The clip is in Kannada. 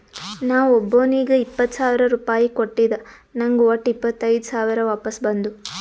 ನಾ ಒಬ್ಬೋನಿಗ್ ಇಪ್ಪತ್ ಸಾವಿರ ರುಪಾಯಿ ಕೊಟ್ಟಿದ ನಂಗ್ ವಟ್ಟ ಇಪ್ಪತೈದ್ ಸಾವಿರ ವಾಪಸ್ ಬಂದು